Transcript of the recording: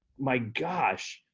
my gosh,